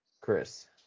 Chris